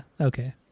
Okay